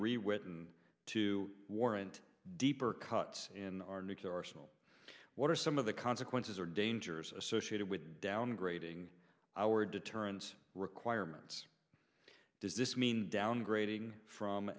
rewritten to warrant deeper cuts in our nuclear arsenal what are some of the consequences or dangers associated with downgrading our deterrence requirements does this mean downgrading from